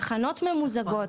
תחנות ממוזגות,